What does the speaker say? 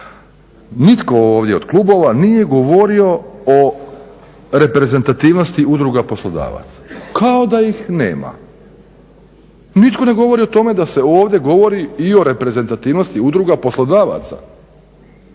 Nitko ovdje od klubova nije govorio o reprezentativnosti udruga poslodavaca kao da ih nema. Nitko ne govori ovdje govori i o reprezentativnosti udruga poslodavaca,